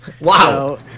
Wow